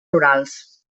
rurals